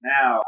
Now